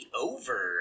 over